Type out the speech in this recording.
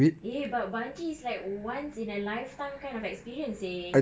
eh but bungee is like once in a lifetime kind of experience eh